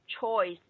choice